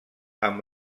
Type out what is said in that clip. amb